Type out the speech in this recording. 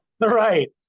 Right